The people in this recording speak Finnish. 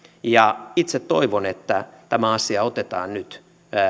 ja itse toivon että tämä asia otetaan nyt